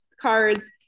cards